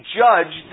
judge